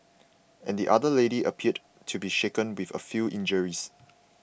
and the other lady appeared to be shaken with a few injuries